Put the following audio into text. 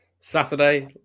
Saturday